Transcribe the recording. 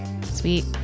sweet